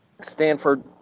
Stanford